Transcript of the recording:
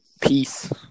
Peace